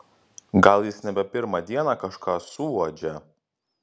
gal jis nebe pirmą dieną kažką suuodžia